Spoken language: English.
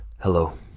Hello